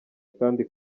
kandi